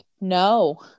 no